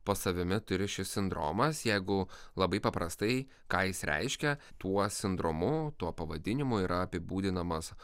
po savimi turi šis sindromas jeigu labai paprastai ką jis reiškia tuo sindromu tuo pavadinimu yra apibūdinamas